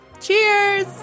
Cheers